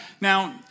Now